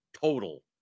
total